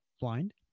blind